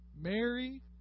Mary